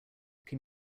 can